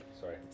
Sorry